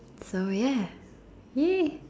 so yeah !yay!